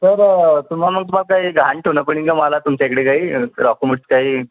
sir तुम्हाला मग काही गहाण ठेवणं पडेल का मला तुमच्याकडे काही डोक्यूमेंटस काही